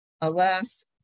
alas